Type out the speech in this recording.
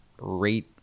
rate